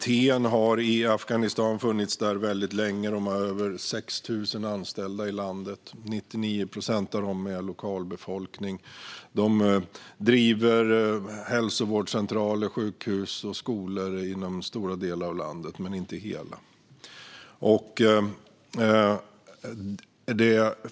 Man har funnits i Afghanistan väldigt länge och har över 6 000 anställda i landet, varav 99 procent är lokalbefolkning. Man driver hälsovårdscentraler, sjukhus och skolor i stora delar av landet men inte i hela landet.